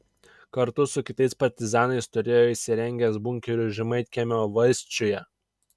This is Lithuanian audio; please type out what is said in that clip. kartu su kitais partizanais turėjo įsirengęs bunkerius žemaitkiemio valsčiuje